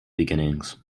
beginnings